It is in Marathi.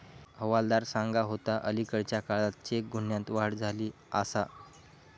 हवालदार सांगा होतो, अलीकडल्या काळात चेक गुन्ह्यांत वाढ झाली आसा